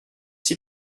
six